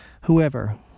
whoever